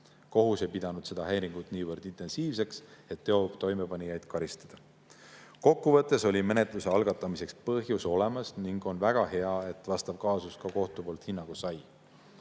Kohus ei pidanud seda häiringut niivõrd intensiivseks, et teo toimepanijaid karistada. Kokkuvõttes oli menetluse algatamiseks põhjus olemas ning on väga hea, et vastav kaasus kohtult hinnangu sai.